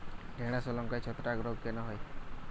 ঢ্যেড়স ও লঙ্কায় ছত্রাক রোগ কেন হয়?